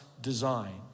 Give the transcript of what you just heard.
design